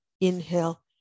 Inhale